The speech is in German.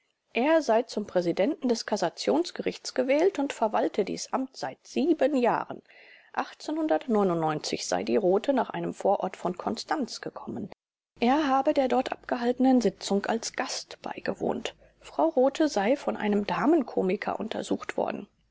er sei zum präsidenten des kassationsgerichts gewählt und verwalte dies amt seit sieben jahren sei die rothe nach einem vorort von konstanz gekommen er habe der dort abgehaltenen sitzung als gast beigewohnt frau rothe sei von einem damenkomiker untersucht worden